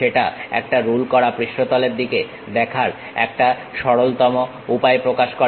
সেটা একটা রুল করা পৃষ্ঠতলের দিকে দেখার একটা সরলতম উপায় প্রকাশ করে